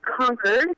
conquered